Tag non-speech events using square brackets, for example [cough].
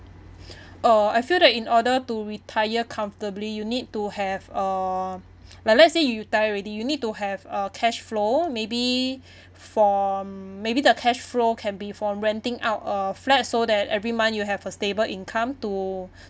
uh I feel that in order to retire comfortably you need to have [breath] uh like let's say you retire already you need to have a cash flow maybe for maybe the cash flow can be for renting out a flat so that every month you have a stable income to [breath]